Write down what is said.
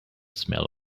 smell